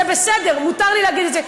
זה בסדר, מותר לי להגיד את זה.